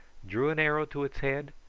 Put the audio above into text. drew an arrow to its head,